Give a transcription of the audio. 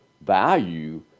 value